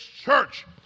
church